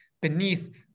beneath